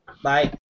Bye